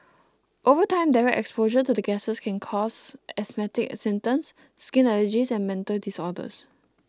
over time direct exposure to the gases can cause asthmatic symptoms skin allergies and mental disorders